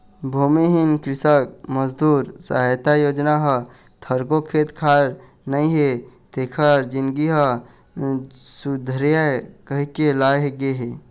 भूमिहीन कृसक मजदूर सहायता योजना ह थोरको खेत खार नइ हे तेखर जिनगी ह सुधरय कहिके लाए गे हे